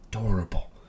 adorable